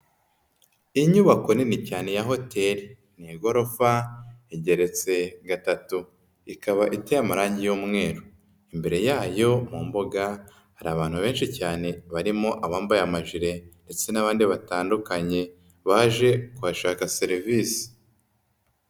Inyubako nini cyane ya hoteri ni igorofa igeretse gatatu, ikaba itamaranye umweru imbere yayo mu mbuga hari abantu benshi cyane barimo abambaye amajire ndetse n'abandi batandukanye baje kubahashaka serivisi.